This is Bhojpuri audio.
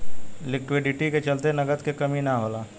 लिक्विडिटी के चलते नगद के कमी ना होला